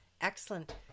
Excellent